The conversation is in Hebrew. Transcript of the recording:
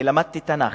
ולמדתי תנ"ך.